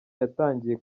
yatangiye